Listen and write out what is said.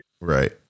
Right